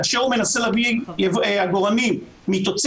וכאשר הוא מנסה להביא עגורנים מתוצרת